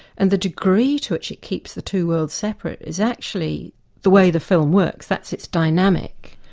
and the degree to which it keeps the two worlds separate is actually the way the film works, that's its dynamic.